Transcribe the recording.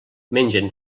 mengen